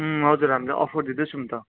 अँ हजुर हामीले अफर दिँदैछौँ त